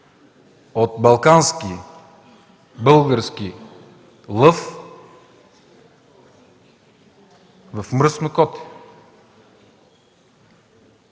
от балкански, български лъв в мръсно коте.